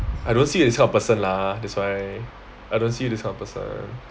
I don't see you as that kind of person lah that's why I don't see you as that kind of person